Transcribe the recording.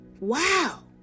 Wow